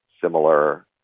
similar